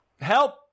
Help